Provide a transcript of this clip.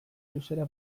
luzera